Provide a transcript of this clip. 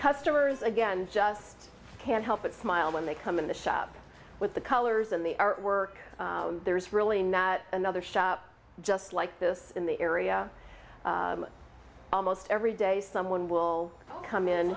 customers again just can't help but smile when they come in the shop with the colors in the artwork there's really not another shop just like this in the area almost every day someone will come in